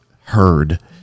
heard